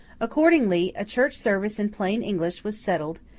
accordingly, a church service in plain english was settled,